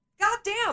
goddamn